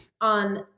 on